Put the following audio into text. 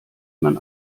man